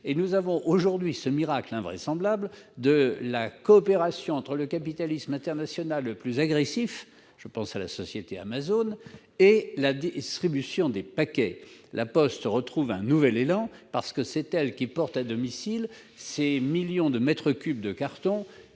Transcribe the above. Nous assistons aujourd'hui à ce miracle invraisemblable de la coopération entre le capitalisme international le plus agressif- je pense à la société Amazon -et la distribution des paquets. La Poste retrouve un nouvel élan. C'est elle qui porte à domicile ces millions de mètres cubes de cartons